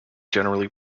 generally